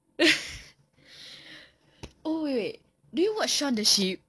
oh wait wait do you watch shaun the sheep